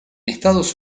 estados